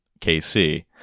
KC